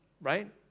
right